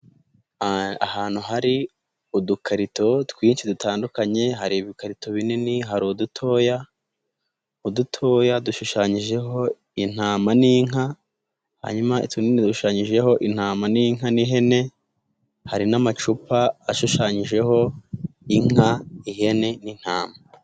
Ahantu hari udukarito twinshi dutandukanye hari ibikarito binini, hari udutoya, udutoya dushushanyijeho intama n'inka, hanyuma itunini dushushanyijeho intama n'inka n'ihene, hari n'amacupa ashushanyijeho inka, ihene n'intama.